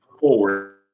forward